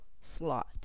slot